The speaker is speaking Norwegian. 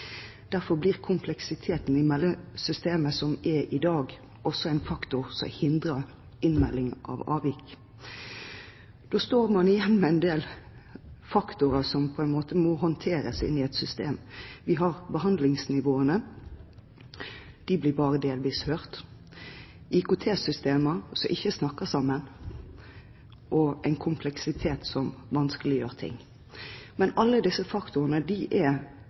Derfor blir kompleksiteten i meldingssystemene som er i dag, også en faktor som hindrer innmelding av avvik. Da står man igjen med en del faktorer som på en måte må håndteres i et system. Vi har behandlingsnivåene. De blir bare delvis hørt. Man har IKT-systemer som ikke snakker sammen, og en kompleksitet som vanskeliggjør ting. Men alle disse faktorene er